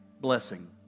blessing